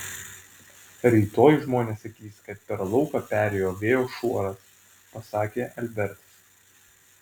rytoj žmonės sakys kad per lauką perėjo vėjo šuoras pasakė albertas